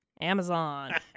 Amazon